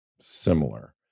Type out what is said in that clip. similar